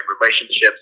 relationships